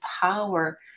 power